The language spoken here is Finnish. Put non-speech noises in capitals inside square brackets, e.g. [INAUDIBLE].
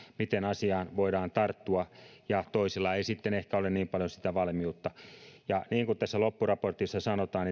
miten asiaan voidaan tarttua ja toisilla ei sitten ehkä ole niin paljon sitä valmiutta niin kuin tässä loppuraportissa sanotaan [UNINTELLIGIBLE]